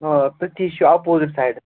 آ تٔتتھٕے چھِ اَپوزِٹ سایڈٕ